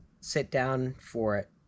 sit-down-for-it